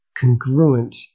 congruent